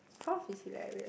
prof is hilarious